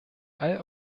all